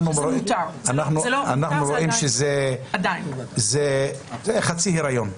אנחנו רואים שזה חצי היריון.